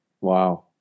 Wow